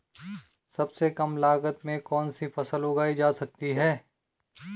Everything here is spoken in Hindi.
सबसे कम लागत में कौन सी फसल उगाई जा सकती है